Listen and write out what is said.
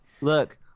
look